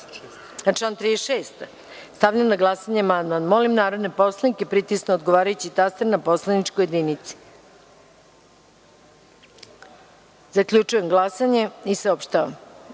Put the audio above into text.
Veselinović. Stavljam na glasanje amandman. Molim narodne poslanike da pritisnu odgovarajući taster na poslaničkoj jedinici. Zaključujem glasanje i saopštavam: